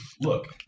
look